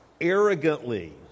arrogantly